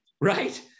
right